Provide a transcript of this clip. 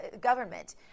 government